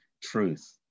truth